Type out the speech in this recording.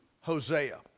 Hosea